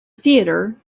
theater